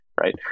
right